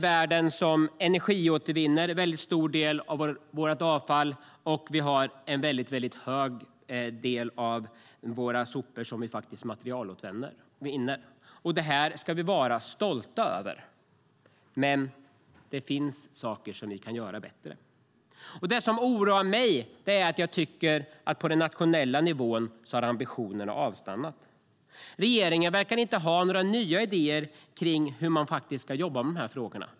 Vi energiåtervinner en stor del av vårt avfall, och vi materialåtervinner också en stor andel av våra sopor. Det här ska vi vara stolta över. Det finns dock saker vi kan göra bättre, och det oroar mig att ambitionerna har avstannat på nationell nivå. Regeringen verkar inte ha några nya idéer för hur man ska jobba med dessa frågor.